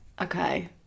Okay